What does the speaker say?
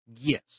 Yes